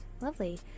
Lovely